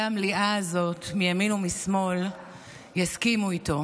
המליאה הזאת מימין ומשמאל יסכימו איתו,